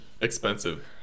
Expensive